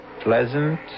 pleasant